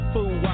Fool